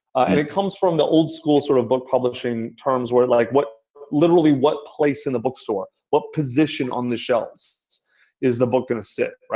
and it comes from the old school sort of book publishing terms, where like literally what place in the bookstore? what position on the shelves is the book going to sit?